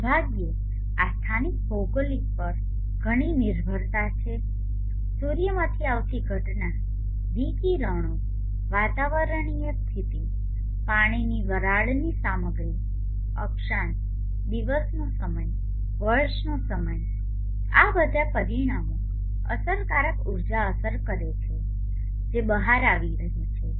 દુર્ભાગ્યે આ સ્થાનિક ભૌગોલિક પર ઘણી નિર્ભરતા છે સૂર્યમાંથી આવતી ઘટના વિકિરણો વાતાવરણીય સ્થિતિ પાણીની વરાળની સામગ્રી અક્ષાંશ દિવસનો સમય વર્ષનો સમય આ બધા પરિમાણો અસરકારક ઉર્જા અસર કરે છે જે બહાર આવી રહી છે